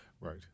right